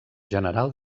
general